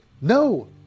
No